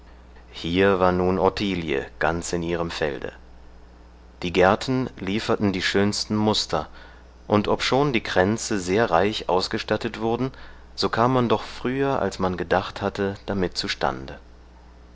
hier war nun ottilie ganz in ihrem felde die gärten lieferten die schönsten muster und obschon die kränze sehr reich ausgestattet wurden so kam man doch früher als man gedacht hatte damit zustande